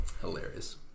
Hilarious